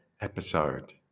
episode